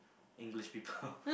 English people